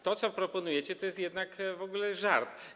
To, co proponujecie, jest jednak w ogóle żartem.